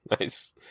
Nice